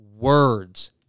words